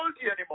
anymore